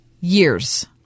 years